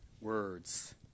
words